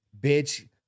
bitch